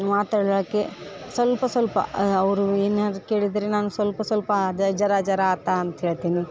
ಮಾತಾಡಕ್ಕೆ ಸ್ವಲ್ಪ ಸ್ವಲ್ಪ ಅವರು ಏನಾರೂ ಕೇಳಿದರೆ ನಾನು ಸ್ವಲ್ಪ ಸ್ವಲ್ಪ ಜರ ಜರ ಆತಾ ಅಂತ ಹೇಳ್ತೀನಿ